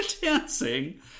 dancing